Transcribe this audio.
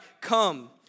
Come